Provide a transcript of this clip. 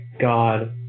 God